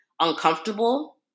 uncomfortable